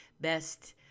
best